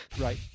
Right